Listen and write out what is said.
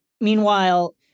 Meanwhile